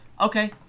Okay